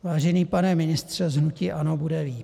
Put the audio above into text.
Vážený pane ministře z hnutí ANO, bude líp.